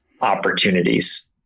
opportunities